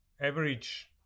average